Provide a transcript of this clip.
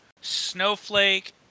Snowflake